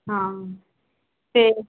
ਹਾਂ ਤੇ